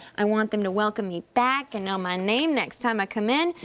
i want them to welcome me back and know my name next time i come in.